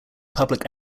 public